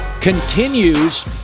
continues